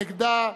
נגדה.